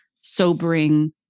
sobering